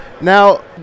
Now